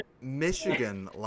Michigan